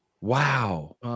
wow